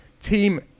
Team